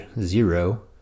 zero